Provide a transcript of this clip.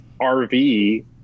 RV